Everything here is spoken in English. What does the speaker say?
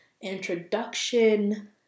introduction